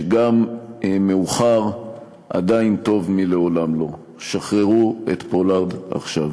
שגם מאוחר עדיין טוב מלעולם לא: שחררו את פולארד עכשיו.